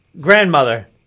Grandmother